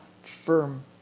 firm